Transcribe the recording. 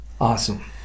Awesome